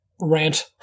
rant